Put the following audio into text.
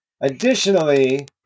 Additionally